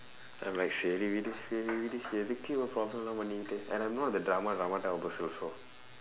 I'm like சரி விடு:sari vidu சரி விடு:sari vidu எதுக்கு இந்த:ethukku indtha problemla பண்ணிக்கிட்டு:pannikkitdu and I'm not the drama drama type of person also